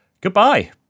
Goodbye